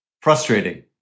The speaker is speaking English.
Frustrating